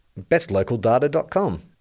Bestlocaldata.com